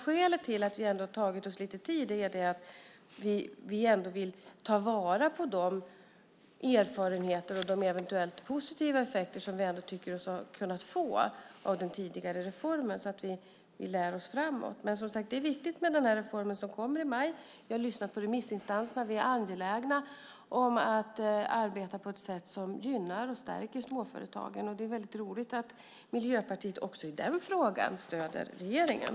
Skälet till att det tagit oss lite tid är alltså att vi vill ta vara på de erfarenheter och eventuella positiva effekter som vi tycker oss ha fått av den tidigare reformen. På så sätt leder det oss framåt. Det är, som sagt, viktigt med reformen som kommer i maj. Vi har lyssnat på remissinstanserna. Vi är angelägna om att arbeta på ett sätt som gynnar och stärker småföretagen, och det är roligt att Miljöpartiet också i den frågan stöder regeringen.